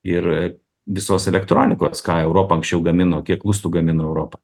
ir visos elektronikos ką europa anksčiau gamino kiek lustų gamino europa